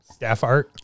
Staffart